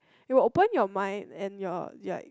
you will open your mind and your like